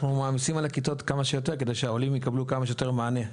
אנחנו מעמיסים על הכיתות כמה שיותר כדי שהעולים יקבלו כמה שיותר מענה.